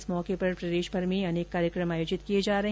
इस मौके पर प्रदेशभर में अनेक कार्यक्रम आयोजित किए जा रहे हैं